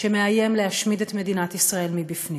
שמאיים להשמיד את מדינת ישראל מבפנים.